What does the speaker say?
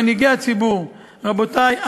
למנהיגי הציבור: רבותי,